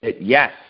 Yes